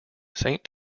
saint